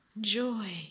Joy